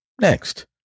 Next